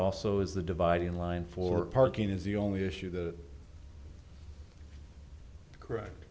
also is the dividing line for parking is the only issue the correct